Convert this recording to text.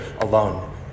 alone